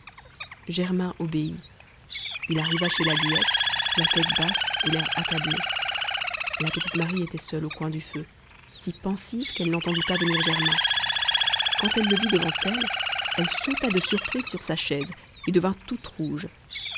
germain obéit il arriva chez la guillette la tête basse et l'air accablé la petite marie était seule au coin du feu si pensive qu'elle n'entendit pas venir germain quand elle le vit devant elle elle sauta de surprise sur sa chaise et devint toute rouge